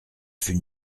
fut